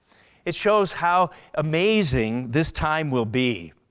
it shows how amazing this time will be.